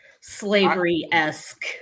slavery-esque